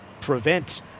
prevent